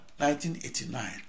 1989